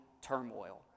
turmoil